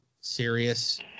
serious